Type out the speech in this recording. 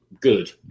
good